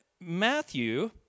Matthew